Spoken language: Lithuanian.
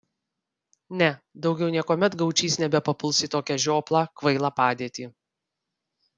ne daugiau niekuomet gaučys nebepapuls į tokią žioplą kvailą padėtį